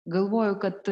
galvoju kad